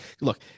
look